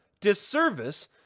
disservice